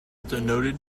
denoted